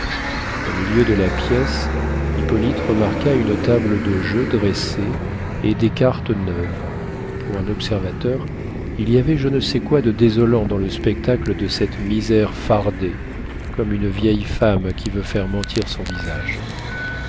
au milieu de la pièce hippolyte remarqua une table de jeu dressée et des cartes neuves pour un observateur il y avait je ne sais quoi de désolant dans le spectacle de cette misère fardée comme une vieille femme qui veut faire mentir son visage